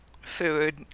food